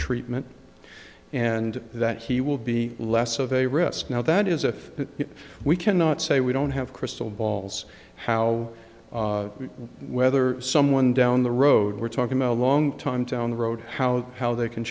treatment and that he will be less of a risk now that is if we cannot say we don't have crystal balls how whether someone down the road we're talking about a long time to on the road how how they can